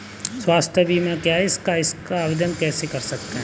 स्वास्थ्य बीमा क्या है हम इसका आवेदन कैसे कर सकते हैं?